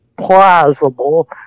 plausible